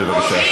בבקשה.